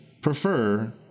prefer